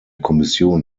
kommission